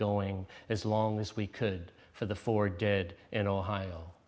going as long as we could for the four dead and ohio